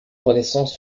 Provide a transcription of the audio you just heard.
renaissance